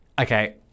Okay